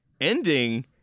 ending